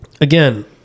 again